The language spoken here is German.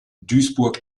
duisburg